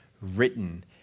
written